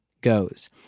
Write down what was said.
goes